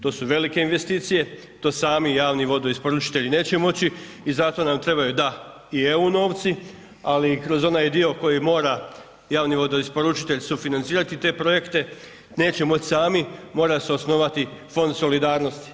To su velike investicije to sami javni vodoisporučitelji neće moći i zato nam trebaju, da i EU novci, ali i kroz onaj dio koji mora javni vodoisporučitelj sufinancirati te projekte neće moći sami mora se osnovati fond solidarnosti.